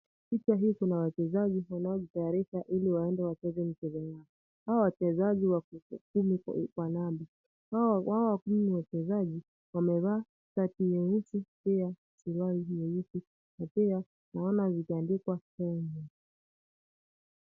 Picha hii kuna wachezaji wanaojitayarisha ili waende wacheze michezo yao. Hao wachezaji wako kumi kwa namba . Wao kumi wachezaji, wamevaa shati nyeusi pia suruali nyeusi na pia naona zimeandikwa Kenya.